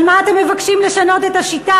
על מה אתם מבקשים לשנות את השיטה?